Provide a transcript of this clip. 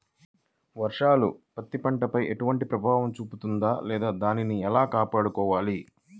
వర్షాలు పత్తి పంటపై ఎలాంటి ప్రభావం చూపిస్తుంద లేదా దానిని ఎలా కాపాడుకోవాలి?